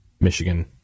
Michigan